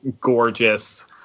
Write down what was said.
gorgeous